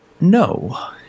no